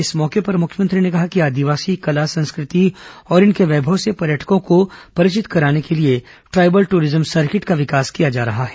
इस अवसर पर मुख्यमंत्री ने कहा कि आदिवासी कला संस्कृति और इनके वैभव से पर्यटकों को परिवित कराने के लिए ट्राईबल ट्ररिज्म सर्किट का विकास किया जा रहा है